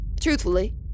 Truthfully